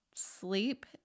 sleep